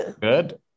good